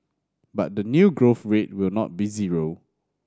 but the new growth rate will not be zero